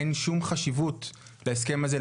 אין שום חשיבות להסכם הזה,